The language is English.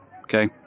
okay